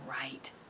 right